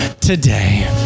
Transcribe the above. today